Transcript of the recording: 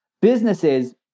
businesses